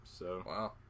Wow